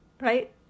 right